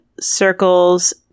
circles